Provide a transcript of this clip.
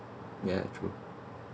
yeah true